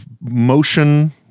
motion